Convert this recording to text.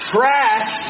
Trash